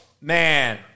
man